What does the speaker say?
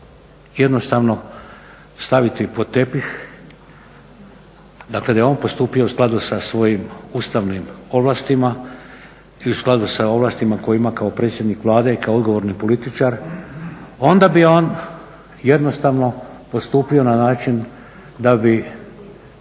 jednostavno staviti pod tepih. Dakle, da je on postupio u skladu sa svojim ustavnim ovlastima i u skladu sa ovlastima koje ima kao predsjednik Vlade i kao odgovorni političar onda bi on jednostavno postupio na način da bi